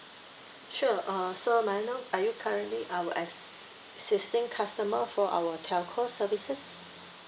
sure uh sir may I know are you currently existing customer for our telco services